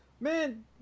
Man